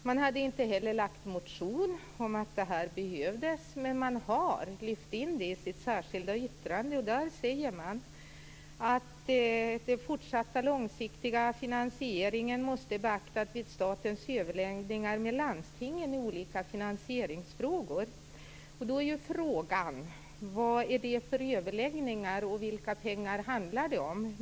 Man hade inte väckt någon motion om att centrum behövs, men de har lyft in det i deras särskilda yttrande. De säger att den fortsatta långsiktiga finansieringen måste beaktas i statens överläggningar med landstingen i olika finansieringsfrågor. Vad är det för överläggningar, och vilka pengar handlar det om?